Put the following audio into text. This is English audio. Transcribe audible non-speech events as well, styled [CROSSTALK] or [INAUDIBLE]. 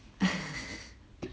[LAUGHS]